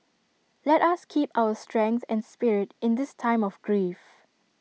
let us keep up our strength and spirit in this time of grief